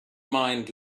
mind